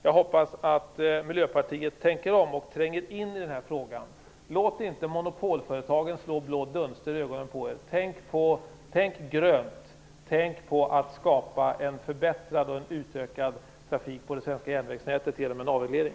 Jag hoppas att Miljöpartiet tänker om och tränger in i den här frågan. Låt inte monopolföretagen slå blå dunster i ögonen på er! Tänk grönt! Tänk på att skapa en förbättrad och utökad trafik på det svenska järnvägsnätet genom en avreglering!